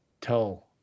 tell